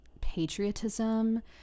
patriotism